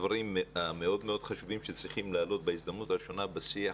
המאוד מאוד חשובים שצריכים לעלות בהזדמנות הראשונה בשיח,